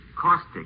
Caustic